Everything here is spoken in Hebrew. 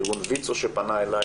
ארגון ויצו שפנה אלי